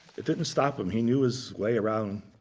that didn't stop him. he knew his way around.